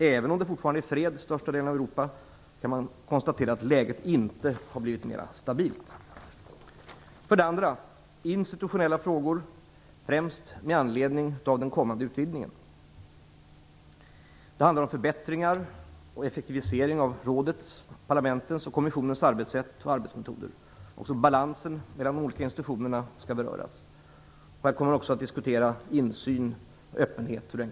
Även om det fortfarande är fred i största delen i Europa kan man konstatera att läget inte har blivit mer stabilt. För det andra: Institutionella frågor, främst med anledning av den kommande utvidgningen. Det handlar om förbättringar och effektivisering av rådets, parlamentets och kommissionens arbetssätt och arbetsmetoder. Också balansen mellan de olika institutionerna skall beröras. Man kommer också att diskutera hur insynen och öppenheten kan ökas.